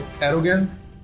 arrogance